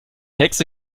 hexe